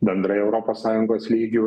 bendrai europos sąjungos lygiu